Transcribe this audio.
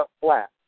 flat